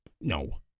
No